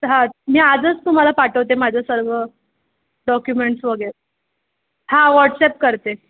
हां मी आजच तुम्हाला पाठवते माझं सर्व डॉक्युमेंट्स वगैरे हां वॉटसॲप करते